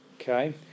Okay